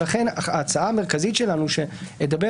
לכן ההצעה המרכזית שלנו שעוד מעט אדבר